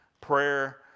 prayer